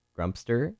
Grumpster